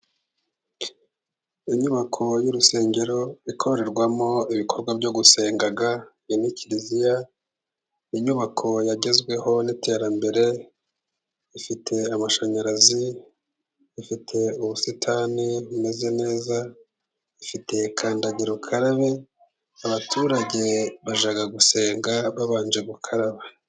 Inyubako y'urusengero ikorerwamo ibikorwa byo gusenga iyi ni kiliziya, inyubako yagezweho n'iterambere ifite amashanyarazi, ifite ubusitani bumeze neza, ifite kandagira ukarabe, abaturge bajya gusenga babanje gukaraba.